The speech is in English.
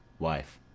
wife.